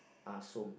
ah-som